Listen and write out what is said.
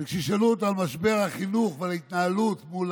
וכשישאלו אותם על משבר החינוך ועל ההתנהלות מול